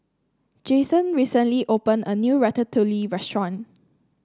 Jason recently opened a new Ratatouille restaurant